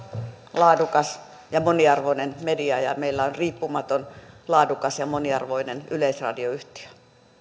laadukas ja moniarvoinen media ja meillä on riippumaton laadukas ja ja moniarvoinen yleisradioyhtiö